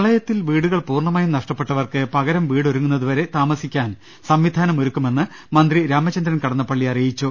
പ്രളയത്തിൽ വീടുകൾ പൂർണമായും നഷ്ടപ്പെട്ടവർക്ക് പകരം വീ ടൊരുങ്ങുന്നതു വരെ താമസിക്കാൻ സംവിധാനമൊരുക്കുമെന്ന് മ ന്ത്രി രാമചന്ദ്രൻ കടന്നപ്പള്ളി പറഞ്ഞു